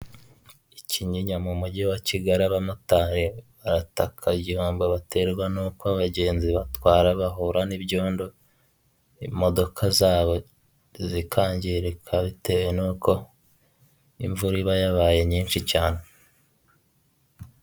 Aha ni mu ikaragiro ry'amata aho hagaragaramo imashini zagenewe gutunganya amata, hakagaragaramo ameza, harimo indobo, harimo amakaro. Iyo urebye ku nkuta hariho irange ry'ubururu, urukuta rwiza cyane rusa n'ubururu ndetse aha hantu ni heza pe.